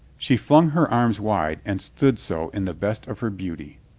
she flung her arms wide and stood so in the best of her beauty.